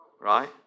Right